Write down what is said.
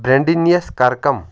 برٚینڈنیٚس کَرکَم